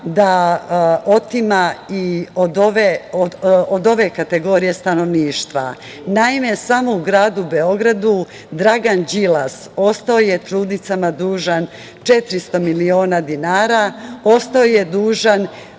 da otima i od ove kategorije stanovništva. Naime, samo u gradu Beogradu Dragan Đilas ostao je trudnicama dužan 400 miliona dinara, ostao je dužan